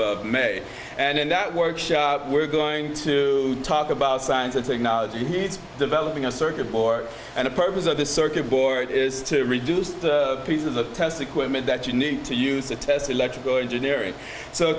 seven may and that workshop we're going to talk about science and technology developing a circuit board and a purpose of the circuit board is to reduce pieces of test equipment that you need to use to test electrical engineering so